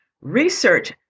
Research